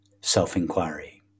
self-inquiry